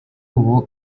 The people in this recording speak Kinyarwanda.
ubu